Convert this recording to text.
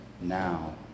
now